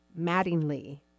Mattingly